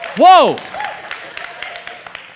Whoa